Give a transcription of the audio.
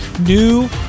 New